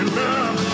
love